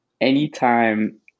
anytime